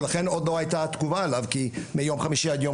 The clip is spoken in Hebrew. ולכן עוד לא היתה תגובה כי ביום חמישי עד יום